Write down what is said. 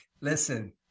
Listen